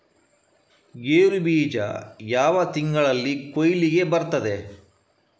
ಗೇರು ಬೀಜ ಯಾವ ತಿಂಗಳಲ್ಲಿ ಕೊಯ್ಲಿಗೆ ಬರ್ತದೆ?